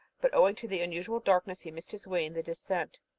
but, owing to the unusual darkness, he missed his way in the descent.